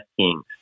Kings